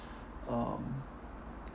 um